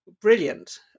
brilliant